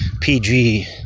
pg